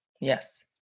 Yes